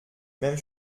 même